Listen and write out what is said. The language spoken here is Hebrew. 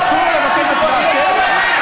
אסור לי לבקש הצבעה שמית?